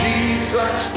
Jesus